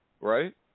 Right